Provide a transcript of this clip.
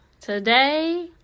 Today